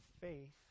faith